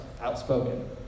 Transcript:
outspoken